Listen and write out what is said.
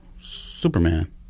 Superman